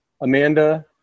Amanda